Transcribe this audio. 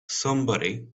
somebody